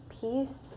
peace